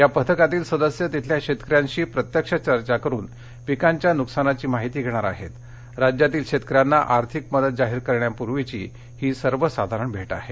या पथकातील सदस्य तिथल्या शेतकऱ्यांशी प्रत्यक्ष चर्चा करून पिकांच्या नुकसानाची माहिती घेणार आहेत राज्यातील शेतकऱ्यांना आर्थिक मदत जाहीर करण्यापूर्वीची सर्वसाधारण भेट आहे